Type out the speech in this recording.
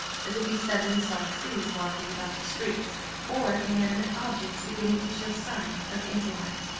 as if he suddenly saw trees walking about the streets or inanimate objects beginning to show signs of intellect.